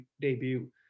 debut